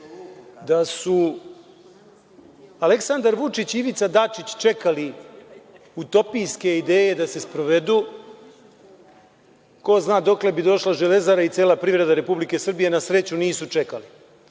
Da su Aleksandar Vučić i Ivica Dačić čekali utopijske ideje da se sprovedu, ko zna dokle bi došla „Železara“ i cela privreda Republike Srbije a, na sreću, nisu čekali. Sve